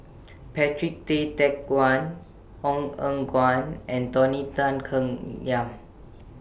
Patrick Tay Teck Guan Ong Eng Guan and Tony Tan Keng Yam